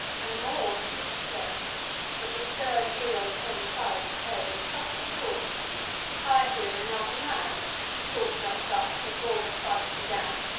and more he would have said but the stern hero turn'd aside his head, and cut him short i hear another man you talk'd not thus before the fight began.